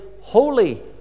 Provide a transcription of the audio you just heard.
holy